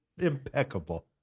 impeccable